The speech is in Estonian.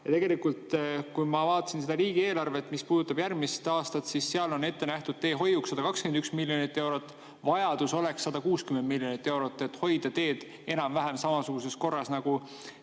minev raha. Kui ma vaatasin seda riigieelarvet, mis puudutab järgmist aastat, siis seal on ette nähtud teehoiuks 121 miljonit eurot, vajadus oleks 160 miljonit eurot, et hoida teed enam-vähem samasuguses korras, nagu